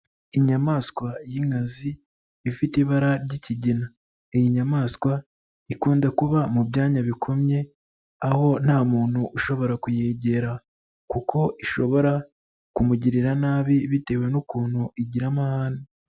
Inyamaswa y'inkazi, ifite ibara ry'ikigina, iyi nyamaswa ikunda kuba mu byanya bikomye aho nta muntu ushobora kuyegera, kuko ishobora kumugirira nabi bitewe n'ukuntu igira amahane.